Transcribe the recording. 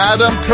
Adam